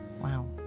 Wow